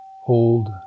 Hold